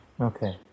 Okay